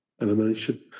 animation